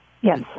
Yes